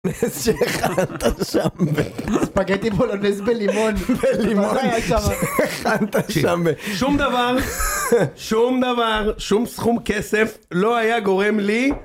(צחוק) ספגטי בולונז בלימון, בלימון, שום דבר שום דבר שום סכום כסף לא היה גורם לי